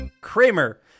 Kramer